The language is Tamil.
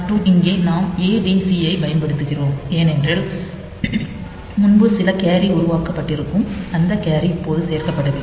மற்றும் இங்கே நாம் ADC ஐப் பயன்படுத்துகிறோம் ஏனென்றால் முன்பு சில கேரி உருவாக்கப்பட்டிருக்கும் அந்த கேரி இப்போது சேர்க்கப்பட வேண்டும்